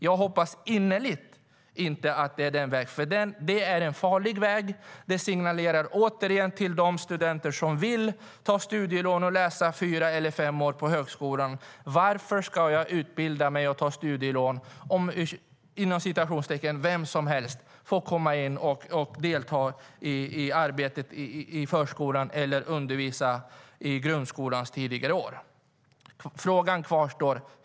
Jag hoppas innerligt att det inte är fråga om den vägen. Det är en farlig väg, och den signalerar återigen till studenterna att de ska fråga sig varför de ska utbilda sig i fyra eller fem år och ta studielån om "vem som helst" kan delta i arbetet i förskolan eller undervisa i grundskolans tidiga årskurser.